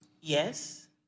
Yes